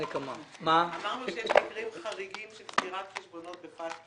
אמרנו שיש מקרים חריגים של סגירת חשבונות בפטקא